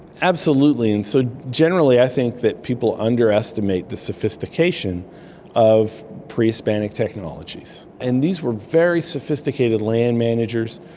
absolutely. and so generally i think that people underestimate the sophistication of pre-hispanic technologies, and these were very sophisticated land managers.